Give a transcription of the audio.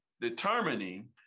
determining